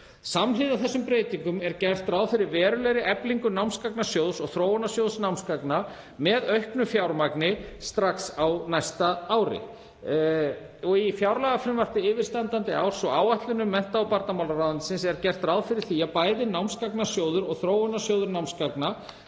Samhliða þessum breytingum er gert ráð fyrir verulegri eflingu námsgagnasjóðs og þróunarsjóðs námsgagna með auknu fjármagni strax á næsta ári. Í fjárlagafrumvarpi yfirstandandi árs og áætlunum mennta- og barnamálaráðuneytisins er gert ráð fyrir því að bæði námsgagnasjóður og þróunarsjóður námsgagna